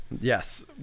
Yes